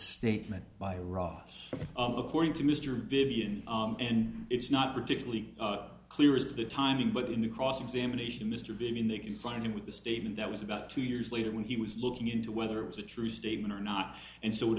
statement by ross according to mr vivian and it's not particularly clear as to the timing but in the cross examination mr bean they can find it with the statement that was about two years later when he was looking into whether it was a true statement or not and so it